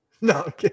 No